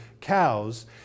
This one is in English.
cows